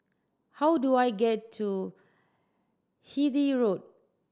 how do I get to Hythe Road